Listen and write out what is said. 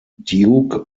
duke